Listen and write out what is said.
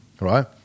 Right